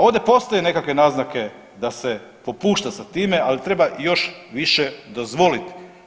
Ovdje postoje nekakve naznake da se popušta sa time, ali treba još više dozvoliti.